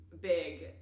big